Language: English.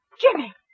Jimmy